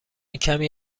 کمی